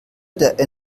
der